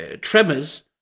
tremors